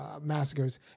Massacres